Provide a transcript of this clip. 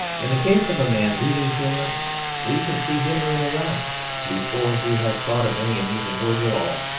in the case of a man really humorous we can see humour in his eye before he has thought of any amusing words at all.